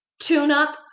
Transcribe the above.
tune-up